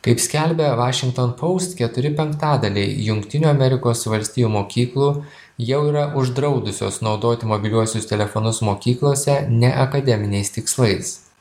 kaip skelbia washington post keturi penktadaliai jungtinių amerikos valstijų mokyklų jau yra uždraudusios naudot mobiliuosius telefonus mokyklose ne akademiniais tikslais